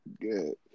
Good